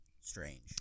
strange